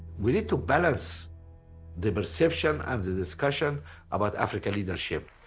we need to balance the perception and the discussion about africa leadership.